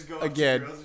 again